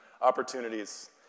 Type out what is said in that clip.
opportunities